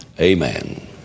Amen